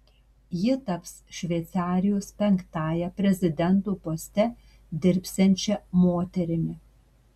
ji taps šveicarijos penktąja prezidento poste dirbsiančia moterimi